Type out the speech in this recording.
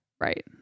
Right